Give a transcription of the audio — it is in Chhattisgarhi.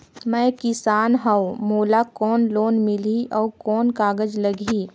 मैं किसान हव मोला कौन लोन मिलही? अउ कौन कागज लगही?